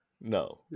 No